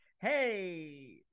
Hey